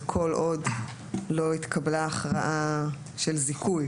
זה כל עוד לא התקבלה הכרעה של זיכוי.